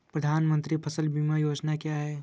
प्रधानमंत्री फसल बीमा योजना क्या है?